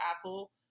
Apple